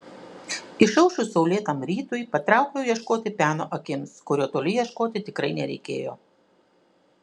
išaušus saulėtam rytui patraukiau ieškoti peno akims kurio toli ieškoti tikrai nereikėjo